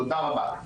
תודה רבה.